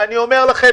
ואני אומר לכם,